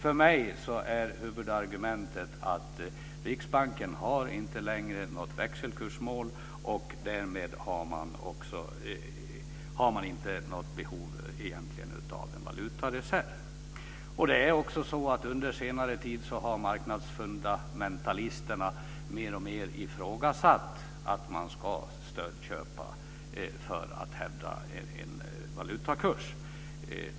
För mig är huvudargumentet att Riksbanken inte längre har något växelkursmål, och därmed har man inte något behov av en valutareserv. Under senare tid har marknadsfundamentalisterna mer och mer ifrågasatt att man ska stödköpa för att hävda en valutakurs.